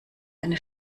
eine